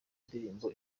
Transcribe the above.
indirimbo